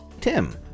Tim